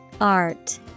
Art